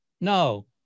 no